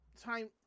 time